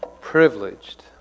privileged